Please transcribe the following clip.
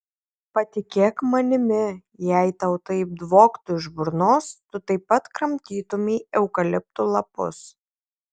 patikėk manimi jei tau taip dvoktų iš burnos tu taip pat kramtytumei eukaliptų lapus